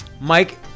mike